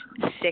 six